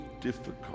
difficult